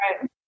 right